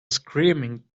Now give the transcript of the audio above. screaming